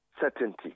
certainty